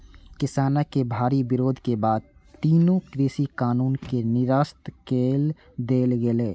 किसानक भारी विरोध के बाद तीनू कृषि कानून कें निरस्त कए देल गेलै